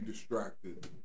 Distracted